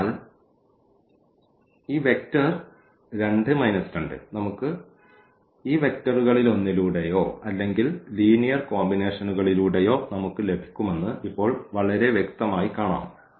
അതിനാൽ ഈ വെക്റ്റർ 2 2 നമുക്ക് ഈ വെക്റ്ററുകളിലൊന്നിലൂടെയോ അല്ലെങ്കിൽ ലീനിയർ കോമ്പിനേഷനുകളിലൂടെയോ നമുക്ക് ലഭിക്കുമെന്ന് ഇപ്പോൾ വളരെ വ്യക്തമായി കാണാം